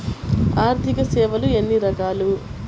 ఆర్థిక సేవలు ఎన్ని రకాలు?